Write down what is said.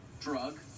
drug